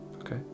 Okay